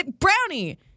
brownie